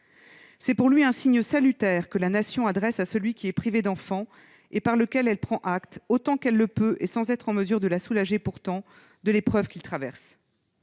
C'est pour lui un « signe salutaire » que la Nation adresse à celui qui est privé d'enfant et « par lequel elle prend acte, autant qu'elle le peut et sans être en mesure de la soulager pourtant, de l'épreuve qu'il traverse